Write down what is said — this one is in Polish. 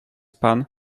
pan